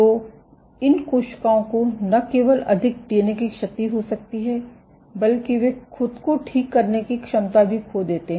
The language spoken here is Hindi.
तो इन कोशिकाओं को न केवल अधिक डीएनए की क्षति हो सकती है बल्कि वे खुद को ठीक करने की क्षमता भी खो देते हैं